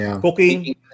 cooking